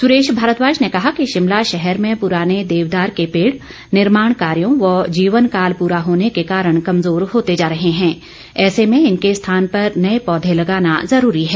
सुरेश भारद्वाज ने कहा कि शिमला शहर में पुराने देवदार के पेड़ निर्माण कार्यों व जीवनकाल पूरा होने के कारण कमजोर होते जा रहे हैं ऐसे में इनके स्थान पर नए पौधे लगाना जरूरी है